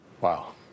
Wow